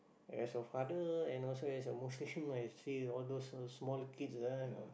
as a father and also as a Muslim I see all those so small kids ah you know